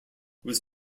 was